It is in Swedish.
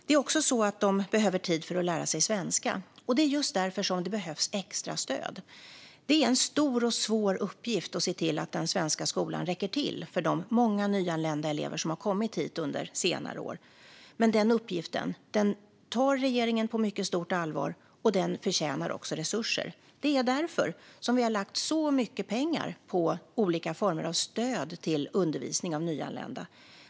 Det är också så att de behöver tid för att lära sig svenska, och det är just därför det behövs extra stöd. Det är en stor och svår uppgift att se till att den svenska skolan räcker till för de många nyanlända elever som har kommit hit under senare år, men regeringen tar den uppgiften på mycket stort allvar. Uppgiften förtjänar resurser, och det är därför vi har lagt så mycket pengar på olika former av stöd till undervisning av nyanlända.